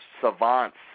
savants